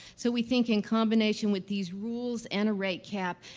so, we think, in combination with these rules and a rate cap,